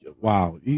Wow